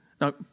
Now